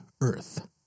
Earth